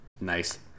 nice